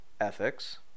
ethics